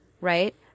right